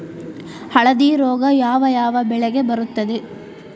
ಹಳದಿ ರೋಗ ಯಾವ ಯಾವ ಬೆಳೆಗೆ ಬರುತ್ತದೆ?